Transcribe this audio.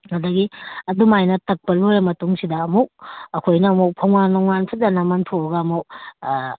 ꯑꯗꯒꯤ ꯑꯗꯨꯃꯥꯏꯅ ꯇꯛꯄ ꯂꯣꯏꯔ ꯃꯇꯨꯡꯁꯤꯗ ꯑꯃꯨꯛ ꯑꯩꯈꯣꯏꯅ ꯑꯃꯨꯛ ꯐꯧꯃꯥꯟ ꯅꯨꯡꯃꯥꯟ ꯐꯖꯅ ꯃꯟꯊꯣꯛꯑꯒ ꯑꯃꯨꯛ